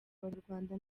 abanyarwanda